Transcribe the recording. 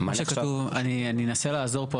מה שכתוב אני אנסה לעזור פה,